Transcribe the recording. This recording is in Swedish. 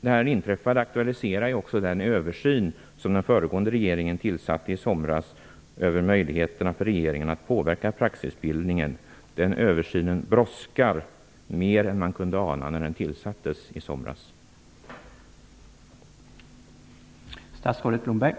Det inträffade aktualiserar också den översyn som den föregående regeringen fattade beslut om i somras när det gäller möjligheterna för regeringen att påverka praxisbildningen. Den översynen brådskar mer än man kunde ana vid beslutsfattandet om den.